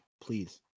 please